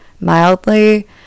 mildly